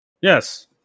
Yes